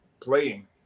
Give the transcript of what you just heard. playing